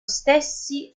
stessi